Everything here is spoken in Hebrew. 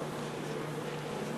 אגראביה.